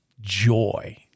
joy